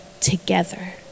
together